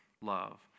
love